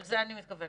לזה אני מתכוונת.